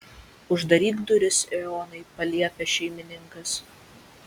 uždaryk duris eonai paliepė šeimininkas